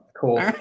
cool